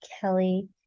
Kelly